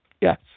Yes